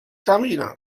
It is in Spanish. camina